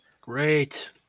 Great